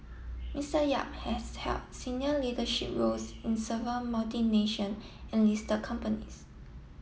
Mister Yap has held senior leadership roles in server multi nation and list their companies